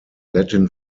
latin